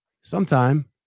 Sometime